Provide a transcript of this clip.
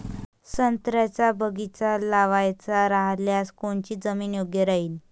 संत्र्याचा बगीचा लावायचा रायल्यास कोनची जमीन योग्य राहीन?